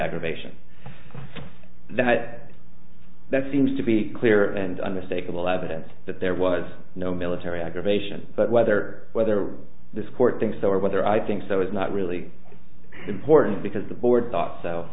aggravation that that seems to be clear and unmistakable evidence that there was no military aggravation but whether whether this court thinks so or whether i think so is not really important because the board thought so